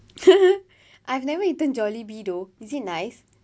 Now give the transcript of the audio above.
I've never eaten jollibee though is it nice